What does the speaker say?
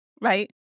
right